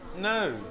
No